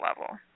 level